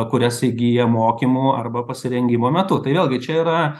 kurias įgyja mokymų arba pasirengimo metu tai vėlgi čia yra